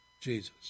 Jesus